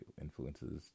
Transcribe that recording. influences